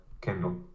kindle